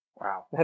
Wow